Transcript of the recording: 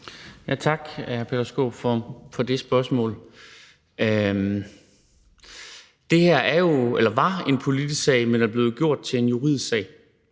(V): Tak, hr. Peter Skaarup, for det spørgsmål. Det her var jo en politisk sag, men er blevet gjort til en juridisk sag.